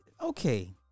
Okay